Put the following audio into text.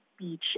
speech